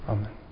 Amen